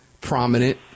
prominent